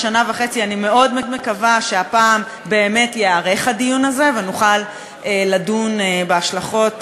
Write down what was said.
אני מאוד מקווה שהפעם באמת ייערך הדיון הזה ונוכל לדון בהשלכות,